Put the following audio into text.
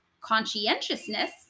conscientiousness